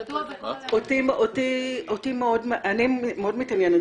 זה ידוע בכל ה --- אני מאוד מתעניינת